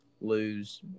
lose